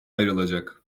ayrılacak